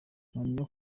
mpamya